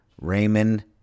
Raymond